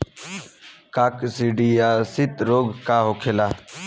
काकसिडियासित रोग का होखेला?